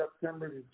September